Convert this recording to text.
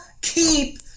keep